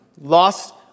lost